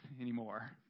anymore